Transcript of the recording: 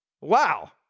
Wow